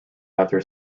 after